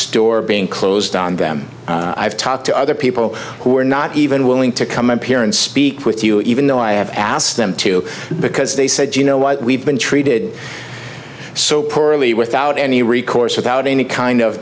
store being closed on them i've talked to other people who are not even willing to come in here and speak with you even though i have asked them to because they said you know what we've been treated so poorly without any recourse without any kind of